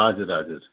हजुर हजुर